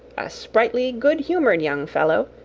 a sprightly, good-humoured young fellow,